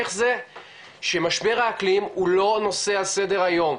איך זה שמשבר האקלים הוא לא נושא על סדר היום?